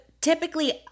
typically